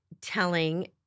telling